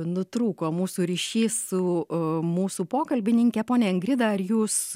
nutrūko mūsų ryšys su mūsų pokalbininke ponia ingrida ar jūs